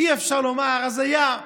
אי-אפשר לומר: אז היה.